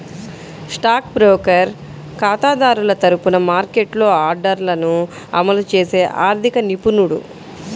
stock broker ఖాతాదారుల తరపున మార్కెట్లో ఆర్డర్లను అమలు చేసే ఆర్థిక నిపుణుడు